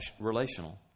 relational